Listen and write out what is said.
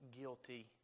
guilty